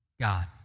God